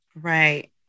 Right